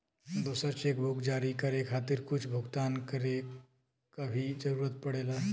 दूसर चेकबुक जारी करे खातिर कुछ भुगतान करे क भी जरुरत पड़ेला